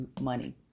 money